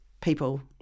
people